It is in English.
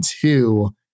two